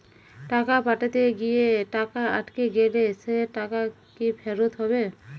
টাকা পাঠাতে গিয়ে টাকা আটকে গেলে সেই টাকা কি ফেরত হবে?